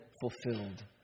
fulfilled